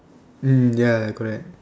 mm ya that's why